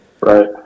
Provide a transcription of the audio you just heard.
Right